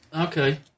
Okay